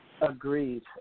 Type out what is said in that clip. Agreed